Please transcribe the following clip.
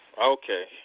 Okay